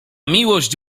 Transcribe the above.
miłość